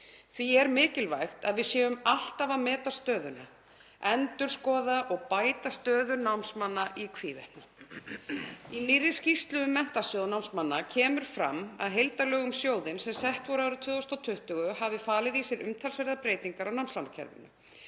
Því er mikilvægt að við séum alltaf að meta stöðuna, endurskoða og bæta stöðu námsmanna í hvívetna. Í nýrri skýrslu um Menntasjóð námsmanna kemur fram að heildarlög um sjóðinn, sem sett voru árið 2020, hafi falið í sér umtalsverðar breytingar á námslánakerfinu.